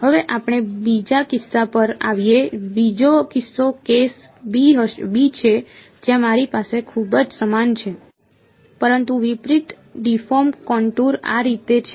હવે આપણે બીજા કિસ્સા પર આવીએ બીજો કિસ્સો કેસ b છે જ્યાં મારી પાસે ખૂબ જ સમાન છે પરંતુ વિપરીત ડીફોર્મ કનટુર આ રીતે છે